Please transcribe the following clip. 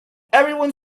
everyone